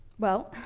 well,